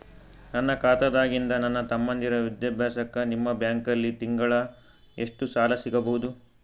ನನ್ನ ಖಾತಾದಾಗಿಂದ ನನ್ನ ತಮ್ಮಂದಿರ ವಿದ್ಯಾಭ್ಯಾಸಕ್ಕ ನಿಮ್ಮ ಬ್ಯಾಂಕಲ್ಲಿ ತಿಂಗಳ ಎಷ್ಟು ಸಾಲ ಸಿಗಬಹುದು?